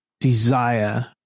desire